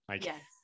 Yes